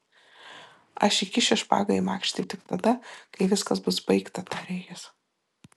aš įkišiu špagą į makštį tik tada kai viskas bus baigta tarė jis